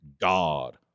God